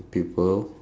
people